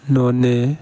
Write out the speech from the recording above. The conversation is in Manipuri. ꯅꯣꯅꯦ